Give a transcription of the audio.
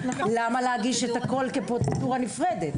למה להגיש את הכל כפרוצדורה נפרדת?